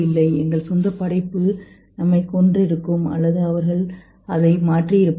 எங்கள் சொந்த படைப்பு நம்மைக் கொன்றிருக்கும் அல்லது அவர்கள் இதை மாற்றியிருப்பார்களா